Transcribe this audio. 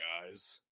guys